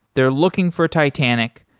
they're looking for titanic.